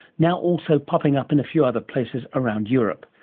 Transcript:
now also popping up in a few other places around europe.